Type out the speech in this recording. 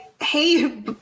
hey